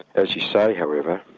as you say, however,